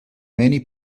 many